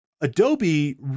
Adobe